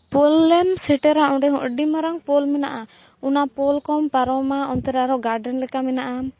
ᱯᱳᱞᱮᱢ ᱥᱮᱴᱮᱨᱟ ᱚᱸᱰᱮ ᱦᱚᱸ ᱟᱹᱰᱤ ᱢᱟᱨᱟᱝ ᱯᱳᱞ ᱢᱮᱱᱟᱜᱼᱟ ᱚᱱᱟ ᱯᱳᱞ ᱠᱚᱢ ᱯᱟᱨᱚᱢᱟ ᱚᱱᱛᱮ ᱟᱨᱚ ᱜᱟᱨᱰᱮᱱ ᱞᱮᱠᱟ ᱢᱮᱱᱟᱜᱼᱟ